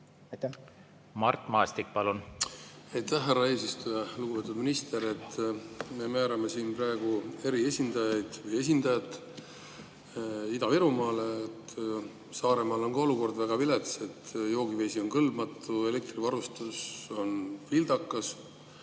Mart Maastik, palun!